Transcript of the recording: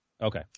Okay